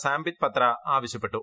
സാംപിത് പത്ര ആവശ്യപ്പെട്ടു